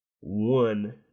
One